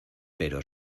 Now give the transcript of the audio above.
pero